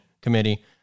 committee